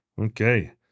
okay